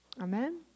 Amen